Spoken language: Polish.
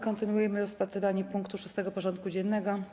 Kontynuujemy rozpatrywanie punktu 6. porządku dziennego: